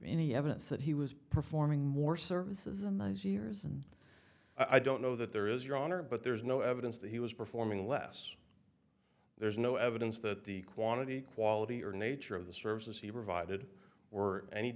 any evidence that he was performing more services in those years and i don't know that there is your honor but there's no evidence that he was performing less there's no evidence that the quantity quality or nature of the services he provided or any